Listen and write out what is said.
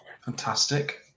Fantastic